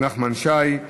נחמן שי.